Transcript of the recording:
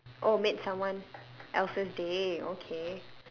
oh made someone else's day okay